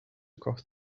across